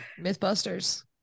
Mythbusters